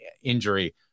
injury